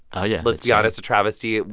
oh, yeah. let's be honest, a travesty